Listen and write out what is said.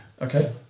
Okay